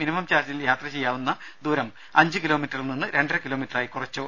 minimum ചാർജിൽ യാത്ര ചെയ്യാവുന്ന ദൂരം അഞ്ച് കിലോമീറ്ററിൽ നിന്ന് രണ്ടര കിലോമീറ്ററായി കുറച്ചു